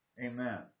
Amen